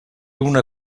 una